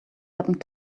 happened